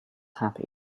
happy